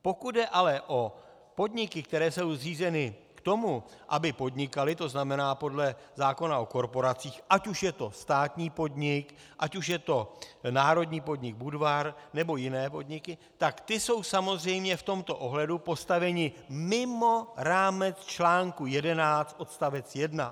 Pokud jde ale o podniky, které jsou zřízeny k tomu, aby podnikaly, to znamená podle zákona o korporacích, ať už je to státní podnik, ať už je to národní podnik Budvar nebo jiné podniky, tak ty jsou samozřejmě v tomto ohledu postaveny mimo rámec článku 11 odst. 1.